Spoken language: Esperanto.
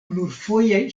plurfoje